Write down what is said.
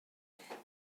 چندلر